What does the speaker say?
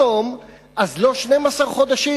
אז לא 12 חודשים,